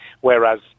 whereas